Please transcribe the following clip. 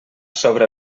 sobre